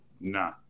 Nah